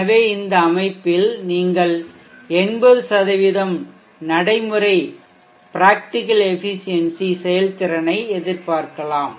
எனவே இந்த அமைப்பில் நீங்கள் 80 நடைமுறை எஃபிசியென்சி செயல்திறனை எதிர்பார்க்கலாம்